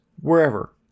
wherever